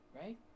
Right